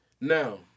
Now